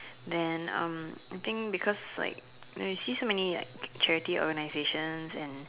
then uh I think because like you know you see so many like charity organisations and